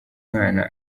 mwana